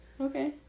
Okay